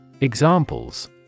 Examples